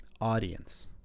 audience